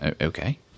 Okay